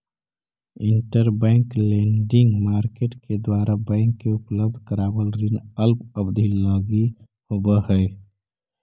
interbank lending market के द्वारा bank के उपलब्ध करावल ऋण अल्प अवधि लगी होवऽ हइ